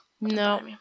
No